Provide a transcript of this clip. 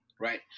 Right